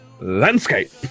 landscape